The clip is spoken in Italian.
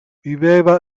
viveva